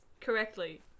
correctly